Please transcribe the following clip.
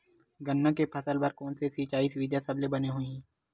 गन्ना के फसल बर कोन से सिचाई सुविधा सबले बने होही?